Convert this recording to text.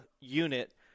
unit